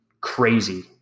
crazy